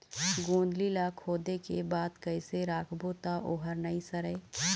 गोंदली ला खोदे के बाद कइसे राखबो त ओहर नई सरे?